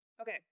Okay